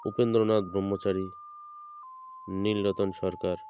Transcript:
Upendranath Brahmachari Nilratan Sarkar